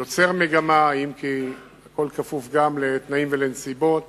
יוצר מגמה, אם כי הכול כפוף גם לתנאים ולנסיבות.